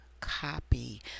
copy